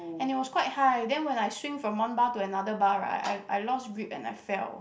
and it was quite high then when I swing from one bar to another bar right I I lost grip and I fell